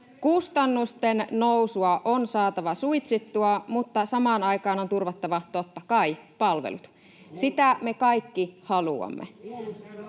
Kustannusten nousua on saatava suitsittua, mutta samaan aikaan on turvattava — totta kai — palvelut. Sitä me kaikki haluamme.